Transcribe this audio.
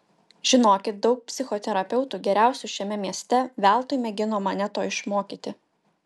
žinokit daug psichoterapeutų geriausių šiame mieste veltui mėgino mane to išmokyti